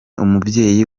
umubyeyi